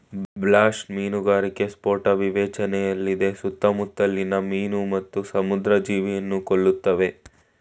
blast ಮೀನುಗಾರಿಕೆ ಸ್ಫೋಟ ವಿವೇಚನೆಯಿಲ್ಲದೆ ಸುತ್ತಮುತ್ಲಿನ ಮೀನು ಮತ್ತು ಸಮುದ್ರ ಜೀವಿಯನ್ನು ಕೊಲ್ತವೆ